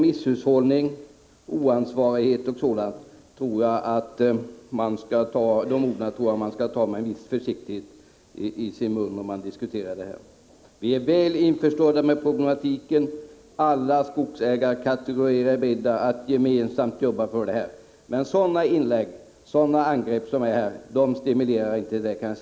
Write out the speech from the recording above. Misshushållning, oansvarighet, osv. tror jag att man skall tala litet mer försiktigt om. Vi är väl införstådda med problemen, och alla skogsägarkategorier är beredda att gemensamt arbeta för en lösning. Sådana inlägg och angrepp som Bengt Kronblad gjorde ger inte någon stimulans.